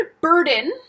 burden